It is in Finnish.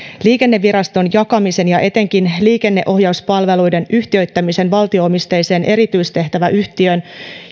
liikenneviraston jakaminen ja etenkin liikenteenohjauspalveluiden yhtiöittäminen valtio omisteiseen erityistehtäväyhtiöön